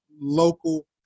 local